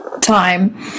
time